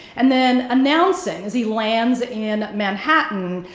and then announcing as he lands in manhattan,